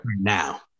now